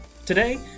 Today